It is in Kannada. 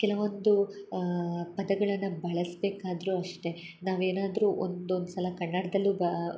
ಕೆಲವೊಂದು ಪದಗಳನ್ನು ಬಳಸ್ಬೇಕಾದರು ಅಷ್ಟೆ ನಾವೇನಾದರು ಒಂದೊಂದು ಸಲ ಕನ್ನಡದಲ್ಲೂ ಬಾ